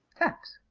taps.